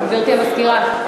גברתי המזכירה,